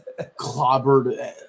clobbered